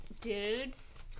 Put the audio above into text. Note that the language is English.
dudes